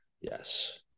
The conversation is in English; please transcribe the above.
Yes